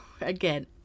again